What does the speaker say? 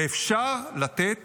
ואפשר לתת